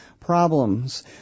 problems